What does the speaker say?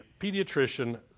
pediatrician